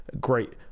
great